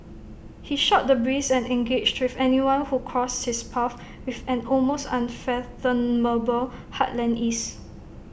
he shot the breeze and engaged with anyone who crossed his path with an almost unfathomable heartland ease